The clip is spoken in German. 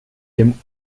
dem